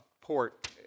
port